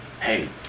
hey